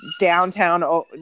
downtown